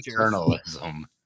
journalism